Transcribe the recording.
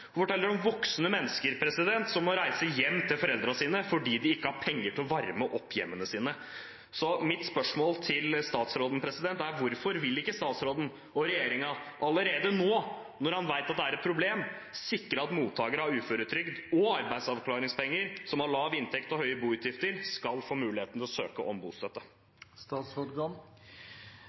Hun forteller om voksne mennesker som må reise hjem til foreldrene sine fordi de ikke har penger til å varme opp hjemmene sine. Mitt spørsmål til statsråden er: Hvorfor vil ikke statsråden og regjeringen allerede nå, når man vet at det er et problem, sikre at mottakere av uføretrygd og arbeidsavklaringspenger, personer som har lav inntekt og høye boutgifter, skal få mulighet til å søke om